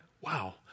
wow